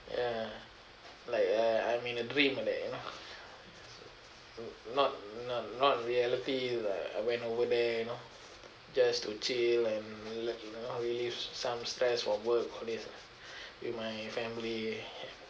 ya like uh I'm in a dream like that you know not not not reality uh went over there you know just to chill and rela~ you know release some stress from work all this ah with my family